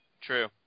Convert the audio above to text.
True